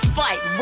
fight